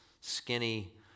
skinny